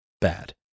bad